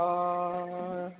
অঁ